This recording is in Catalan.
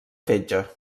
fetge